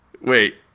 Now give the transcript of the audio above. Wait